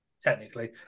technically